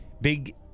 big—